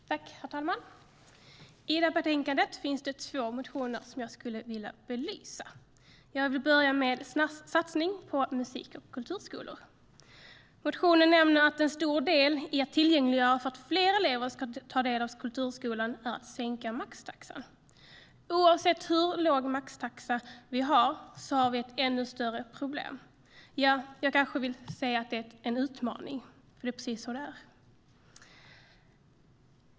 Herr talman! I det här betänkandet finns det två motioner jag skulle vilja belysa. Jag vill börja med satsningen på musik och kulturskolor. Motionen nämner att en viktig åtgärd för att tillgängliggöra kulturskolan för fler elever är att sänka maxtaxan. Oavsett hur låg maxtaxan är har vi ett ännu större problem - jag kanske ska säga att det är en utmaning, för det är precis så det är.